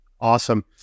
Awesome